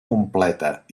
completa